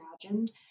imagined